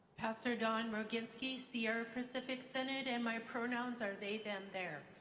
pastor dawn roginski, sierra pacific synod and my pronouns are they, them, their.